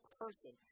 person